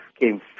came